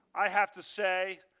i have to say,